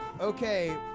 Okay